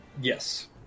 Yes